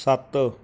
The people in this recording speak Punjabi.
ਸੱਤ